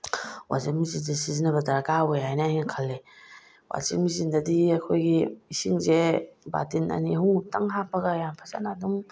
ꯋꯥꯁꯤꯡ ꯃꯦꯆꯤꯟꯁꯦ ꯁꯤꯖꯤꯟꯅꯕ ꯗꯔꯀꯥꯔ ꯑꯣꯏ ꯍꯥꯏꯅ ꯑꯩꯅ ꯈꯜꯂꯤ ꯋꯥꯁꯤꯡ ꯃꯦꯆꯤꯟꯗꯗꯤ ꯑꯩꯈꯣꯏꯒꯤ ꯏꯁꯤꯡꯁꯦ ꯕꯥꯇꯤꯟ ꯑꯅꯤ ꯑꯍꯨꯝꯃꯨꯛꯇꯪ ꯍꯥꯞꯄꯒ ꯌꯥꯝ ꯐꯖꯅ ꯑꯗꯨꯝ